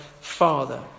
Father